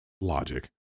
Logic